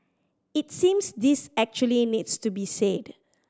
it seems this actually needs to be said